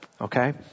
Okay